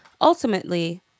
ultimately